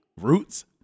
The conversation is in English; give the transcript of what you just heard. Roots